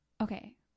Okay